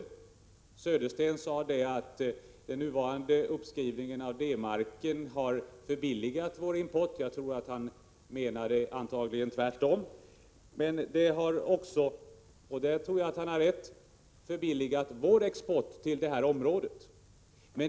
Bo Södersten sade att den senaste uppskrivningen av D-marken har förbilligat vår import; han menade antagligen tvärtom. Men han sade också, och där tror jag att han har rätt, att den har förbilligat vår export till detta område.